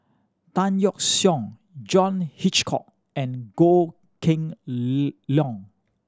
Tan Yeok Seong John Hitchcock and Goh Kheng Long